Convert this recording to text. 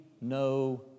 no